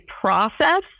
process